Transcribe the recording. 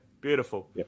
Beautiful